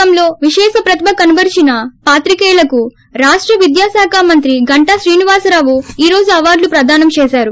జౌర్స లీజం రంగంలో విశేష ప్రతిభ కనపరచిన పాత్రికేయులకు రాష్ట విద్య శాఖ మంత్రి గంటా శ్రీనివాసరావు ఈ రోజు అవార్డులు ప్రధానం చేసారు